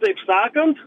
taip sakant